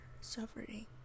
suffering